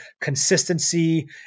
consistency